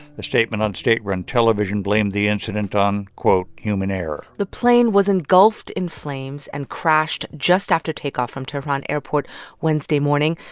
the statement on state-run television blamed the incident on quote, human error. the plane was engulfed in flames and crashed just after takeoff from tehran airport wednesday morning.